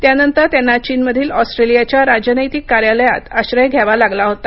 त्यानंतर त्यांना चीनमधील ऑस्ट्रेलियाच्या राजनैतिक कार्यालयात आश्रय घ्यावा लागला होता